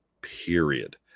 Period